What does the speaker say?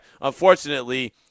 unfortunately